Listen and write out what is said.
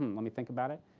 let me think about it.